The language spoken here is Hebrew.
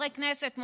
חברי כנסת,